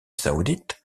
saoudite